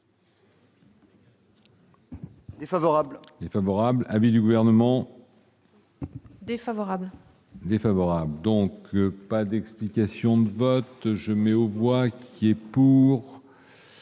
Défavorable. Favorable à l'du gouvernement. Défavorable. Défavorable, donc pas d'explication de vote je mets aux voix qui est pour.